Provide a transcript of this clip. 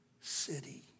city